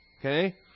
okay